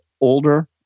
older